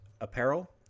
apparel